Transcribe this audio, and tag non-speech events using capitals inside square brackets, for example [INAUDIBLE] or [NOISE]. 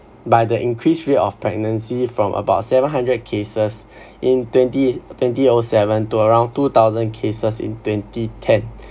by the increase rate of pregnancy from about seven hundred cases [BREATH] in twenty twenty O seven to around two thousand cases in twenty ten